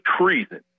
treason